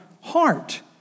heart